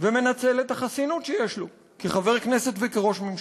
ומנצל את החסינות שיש לו כחבר כנסת וכראש ממשלה.